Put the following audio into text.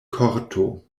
korto